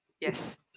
Yes